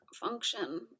function